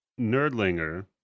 Nerdlinger